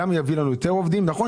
נכון,